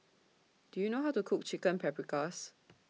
Do YOU know How to Cook Chicken Paprikas